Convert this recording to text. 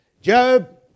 Job